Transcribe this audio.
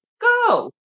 go